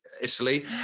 italy